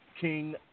King